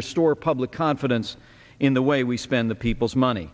restore public confidence in the way we spend the people's money